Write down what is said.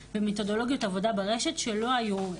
במתודולוגיות עבודה ברשת שלא היו נחלת המשטרה.